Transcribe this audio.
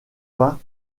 pas